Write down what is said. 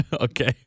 Okay